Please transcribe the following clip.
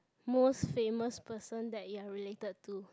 most famous person that you are related to